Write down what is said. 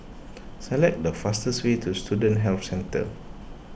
select the fastest way to Student Health Centre